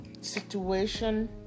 situation